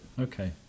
okay